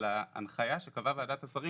להנחיה שקבעה ועדת השרים